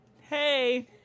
Hey